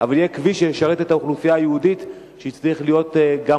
אבל יהיה כביש שישרת את האוכלוסייה היהודית,